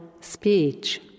speech